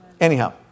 Anyhow